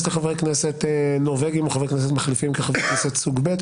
לחברי כנסת נורבגים או לחברי כנסת מחליפים כחברי כנסת סוג ב',